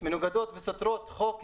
מנוגדות וסותרות חוק יסוד: